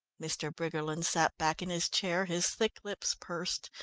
mr. briggerland sat back in his chair, his thick lips pursed,